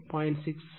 6